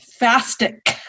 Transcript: Fastic